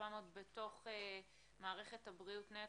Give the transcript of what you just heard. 3,700 בתוך מערכת הבריאות נטו,